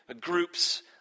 groups